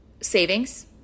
savings